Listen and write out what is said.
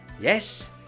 Yes